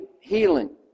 healing